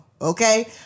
Okay